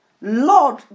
Lord